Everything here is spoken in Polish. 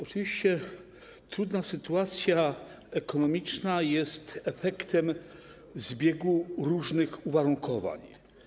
Oczywiście trudna sytuacja ekonomiczna jest efektem zbiegu różnych uwarunkowań.